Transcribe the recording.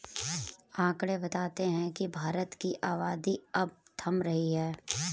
आकंड़े बताते हैं की भारत की आबादी अब थम रही है